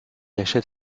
achève